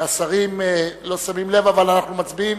השרים לא שמים לב, אבל אנחנו מצביעים